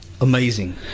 Amazing